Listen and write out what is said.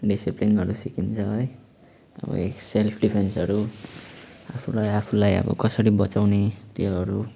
डिसिप्लिनहरू सिकिन्छ है अब सेल्फ डिफेन्सहरू आफूलाई आफूलाई अब कसरी बचाउने त्योहरू